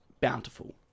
bountiful